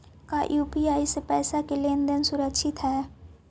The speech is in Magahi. का यू.पी.आई से पईसा के लेन देन सुरक्षित हई?